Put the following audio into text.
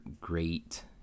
great